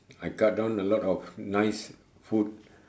I cut down a lot of nice food